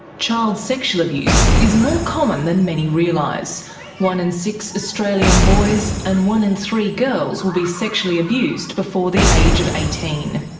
child sexual abuse is more common than many realise one in six australian boys, and one in three girls will be sexually abused before the age of eighteen.